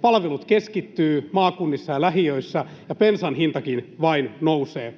palvelut keskittyvät maakunnissa ja lähiöissä, ja bensan hintakin vain nousee.